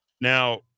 Now